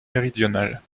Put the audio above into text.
méridionale